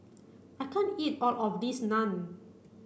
I can't eat all of this Naan